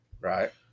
Right